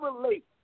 relate